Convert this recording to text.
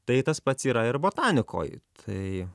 tai tas pats yra ir botanikoj tai